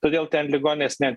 todėl ten ligoninės net